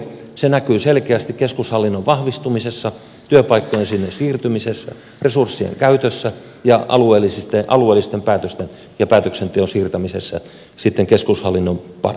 se näkyy selkeästi keskushallinnon vahvistumisessa työpaikkojen sinne siirtymisessä resurssien käytössä ja alueellisten päätösten ja päätöksenteon siirtämisessä sitten keskushallinnon pariin